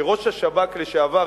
שראש השב"כ לשעבר,